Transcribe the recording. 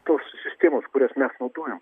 tos sistemos kurias mes naudojam